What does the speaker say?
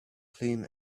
clean